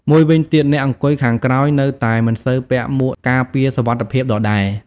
មួយវិញទៀត អ្នកអង្គុយខាងក្រោយនៅតែមិនសូវពាក់មួកការពារសុវត្ថិភាពដដែល។